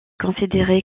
considéré